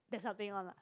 there's something on lah